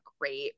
great